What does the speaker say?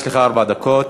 יש לך ארבע דקות.